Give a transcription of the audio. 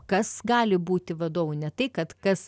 kas gali būti vadovu ne tai kad kas